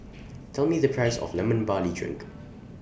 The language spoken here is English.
Tell Me The Price of Lemon Barley Drink